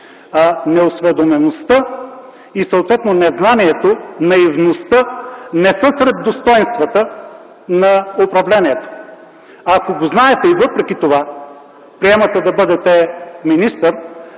Неосведомеността и съответно незнанието, наивността не са сред достойнствата на управлението. Ако го знаете и въпреки това приемате да бъдете министър,